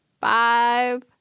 Five